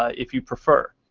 ah if you prefer.